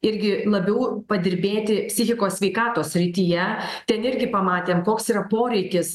irgi labiau padirbėti psichikos sveikatos srityje ten irgi pamatėm koks yra poreikis